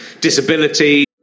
disability